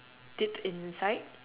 dip inside